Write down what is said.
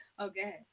Okay